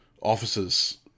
officer's